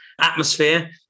atmosphere